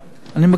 אני מקווה,